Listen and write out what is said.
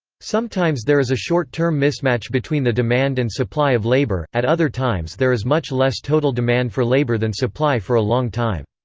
sometimes there is a short-term mismatch between the demand and supply of labor, at other times there is much less total demand for labor than supply for a long time.